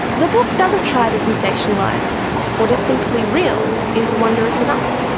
the book doesn't try to sensationalise. what is simply real is wondrous enough.